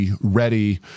ready